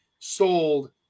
sold